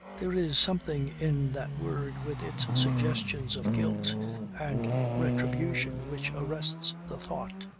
there is something in that word with its suggestions of guilt and retribution which arrests the thought.